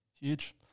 huge